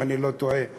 אם אני לא טועה,